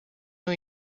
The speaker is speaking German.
new